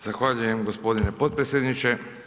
Zahvaljujem g. potpredsjedniče.